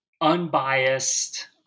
unbiased